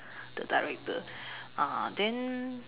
the director uh then